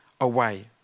away